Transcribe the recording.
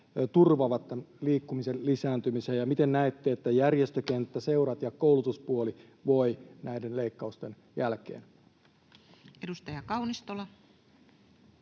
turvaavat liikkumisen lisääntymisen? Ja miten näette, että järjestökenttä, seurat ja koulutuspuoli voivat näiden leikkausten jälkeen? Edustaja Kaunistola.